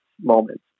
moment